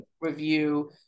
review